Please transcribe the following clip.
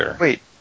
Wait